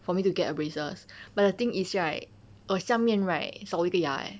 for me to get err braces but the thing is right 我下面 right 少一个牙 eh